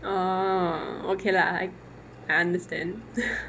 ah okay lah I understand